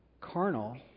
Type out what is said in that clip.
carnal